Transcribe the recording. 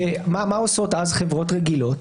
מה עושות אז חברות רגילות?